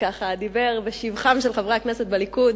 שדיבר בשבחם של חברי הכנסת בליכוד,